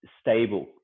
stable